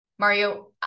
Mario